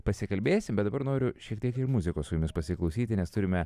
pasikalbėsim dabar noriu šiek tiek ir muzikos su jumis pasiklausyti nes turime